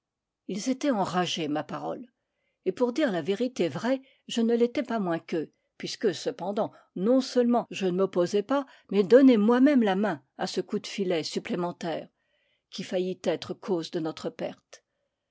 ils étaient enragés ma parole et pour dire la vérité vraie je ne l'étais pas moins qu'eux puisque cependant non seulement je ne m'opposai pas mais donnai moi-même la main à ce coup de filet supplémentaire qui faillit être cause de notre perte